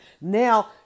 Now